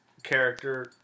Character